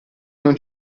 non